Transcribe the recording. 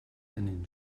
einen